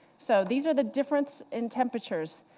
so these are the difference in temperatures.